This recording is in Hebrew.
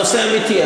נושא אמיתי,